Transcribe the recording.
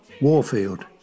Warfield